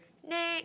next